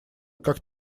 как